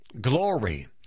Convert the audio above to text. Glory